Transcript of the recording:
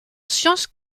sciences